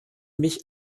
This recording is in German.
mich